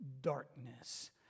darkness